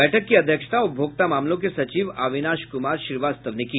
बैठक की अध्यक्षता उपभोक्ता मामलों के सचिव अविनाश कुमार श्रीवास्तव ने की